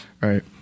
Right